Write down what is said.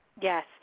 Yes